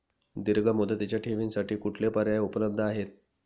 दीर्घ मुदतीच्या ठेवींसाठी कुठले पर्याय उपलब्ध आहेत?